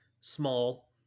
Small